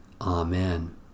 Amen